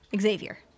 Xavier